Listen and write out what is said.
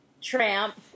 tramp